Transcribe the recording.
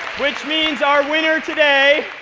which means our winner today,